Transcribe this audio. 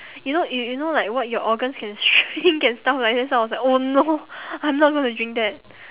you know you you know like what your organs can shrink and stuff like that so I was like oh no I'm not going to drink that